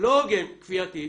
לא הוגן, כפייתי.